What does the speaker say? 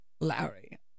Larry